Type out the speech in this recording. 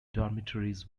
dormitories